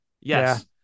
yes